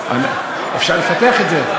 אפשר לפתח את זה,